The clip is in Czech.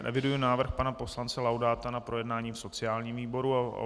Eviduji návrh pana poslance Laudáta na projednání v sociálním výboru.